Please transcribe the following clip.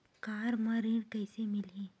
Car म ऋण कइसे मिलही?